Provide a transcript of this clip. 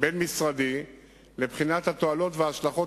בין-משרדי לבחינת התועלות וההשלכות